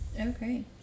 Okay